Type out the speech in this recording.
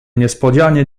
niespodzianie